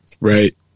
Right